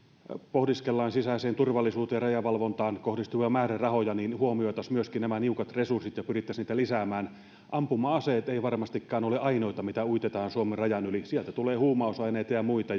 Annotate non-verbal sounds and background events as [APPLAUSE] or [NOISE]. pohdiskellaan sisäiseen turvallisuuteen ja rajavalvontaan kohdistuvia määrärahoja huomioitaisiin myöskin nämä niukat resurssit ja pyrittäisiin niitä lisäämään ampuma aseet eivät varmastikaan ole ainoita mitä uitetaan suomen rajan yli sieltä tulee huumausaineita ja muita [UNINTELLIGIBLE]